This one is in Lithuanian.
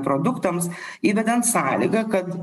produktams įvedant sąlygą kad